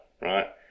right